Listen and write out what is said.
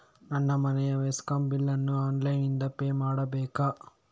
ನನ್ನ ಮನೆಯ ಮೆಸ್ಕಾಂ ಬಿಲ್ ಅನ್ನು ಆನ್ಲೈನ್ ಇಂದ ಪೇ ಮಾಡ್ಬೇಕಾ?